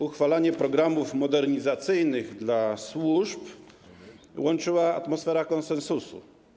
Uchwalanie programów modernizacyjnych dla służb łączyła atmosfera konsensusu.